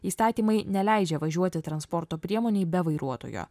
įstatymai neleidžia važiuoti transporto priemonei be vairuotojo